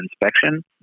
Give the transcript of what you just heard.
inspection